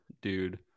dude